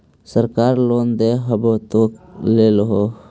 सरकार लोन दे हबै तो ले हो?